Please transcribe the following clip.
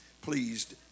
pleased